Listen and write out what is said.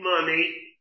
money